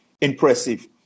impressive